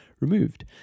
removed